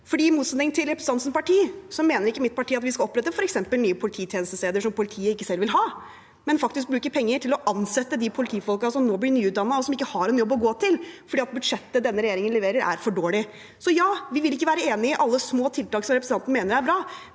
I motsetning til representantens parti mener ikke mitt parti at vi skal opprette f.eks. nye polititjenestesteder som politiet selv ikke vil ha, men faktisk bruke penger på å ansette de politifolkene som nå blir nyutdannet, og som ikke har en jobb å gå til fordi budsjettet denne regjeringen leverer, er for dårlig. Så ja, vi vil ikke være enig i alle små tiltak som representanten mener er bra.